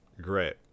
great